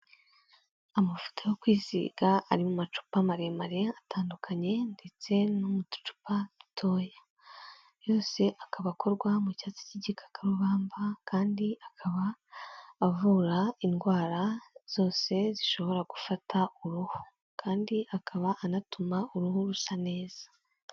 Amavuta yo kwisiga ari mu macupa maremare atandukanye ndetse no mu ducupa dutoya. Yose akaba akorwa mu cyatsi cy'igikakarubamba, kandi akaba avura indwara zose zishobora gufata uruhu, kandi akaba anatuma uruhu rusa neza.